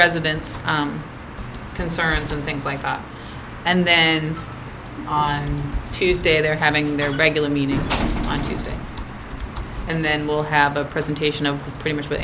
president's concerns and things like and then on tuesday they're having their regular meeting on tuesday and then we'll have a presentation of pretty much